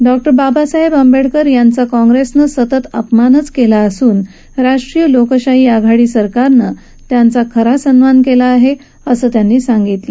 doctor Babasaheb Ambedkar यांचा काँग्रेसनं सतत अपमानच केला असून राष्ट्रीय लोकशाही आघाडी सरकारनं त्यांचा खरा सन्मान केला असंही त्यांनी सांगितलं